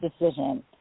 decision